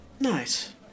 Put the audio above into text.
nice